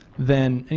then and